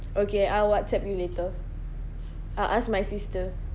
okay I'll whatsapp you later I'll ask my sister